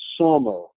summer